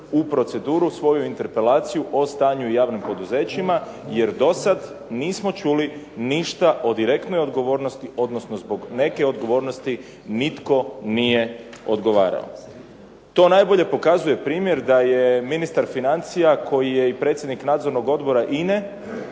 u proceduru svoju interpelaciju o stanju o javnim poduzećima, jer do sada nismo čuli ništa o direktnoj odgovornosti, odnosno zbog neke odgovornosti nitko nije odgovarao. To najbolje pokazuje primjer da je ministar financija koji je i predsjednik nadzornog odbora